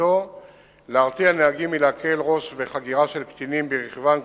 שתכליתו להרתיע נהגים מלהקל ראש בחגירה של קטינים ברכבם,